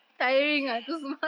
ya